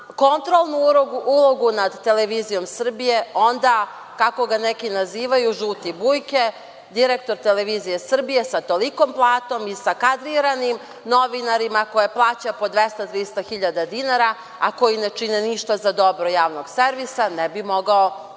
kontrolnu ulogu nad Televizijom Srbije, onda, kako ga neki nazivaju – žuti Bujke, direktor Televizije Srbije sa tolikom platom i sa kadriranim novinarima koje plaća po 200-300 hiljada dinara, a koji ne čini ništa za dobro javnog servisa, ne bi mogao da radi